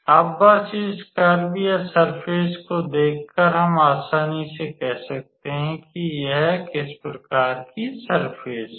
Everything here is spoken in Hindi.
अब बस इस कर्व या सर्फ़ेस को देखकर हम आसानी से कह सकते हैं कि यह किस प्रकार की सर्फ़ेस है